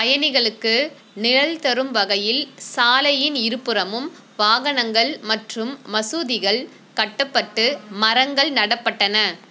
பயணிகளுக்கு நிழல் தரும் வகையில் சாலையின் இருபுறமும் வாகனங்கள் மற்றும் மசூதிகள் கட்டப்பட்டு மரங்கள் நடப்பட்டன